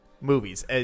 Movies